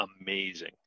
amazing